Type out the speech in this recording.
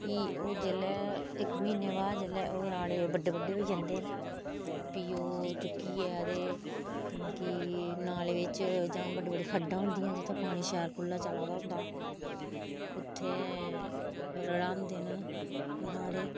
फ्ही इक म्हीने बाद जेल्लै ओह् राहडे़ बड्डे बड्डे होई जंदे ना फ्ही ओह् चुक्कियै ते मतलब कि नाले च जां बड्डी बड्डी खड्डां होंदियां जित्थै पानी शैल खुल्ला चला दा होंदा उत्थै रढ़ांदे ना राहडे़